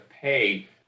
pay